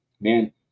man